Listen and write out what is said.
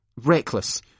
reckless